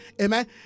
amen